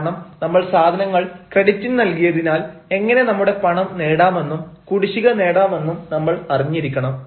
കാരണം നമ്മൾ സാധനങ്ങൾ ക്രെഡിറ്റിന് നൽകിയതിനാൽ എങ്ങനെ നമ്മുടെ പണം നേടാമെന്നും കുടിശ്ശിക നേടാമെന്നും നമ്മൾ അറിഞ്ഞിരിക്കണം